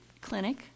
clinic